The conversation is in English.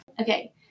Okay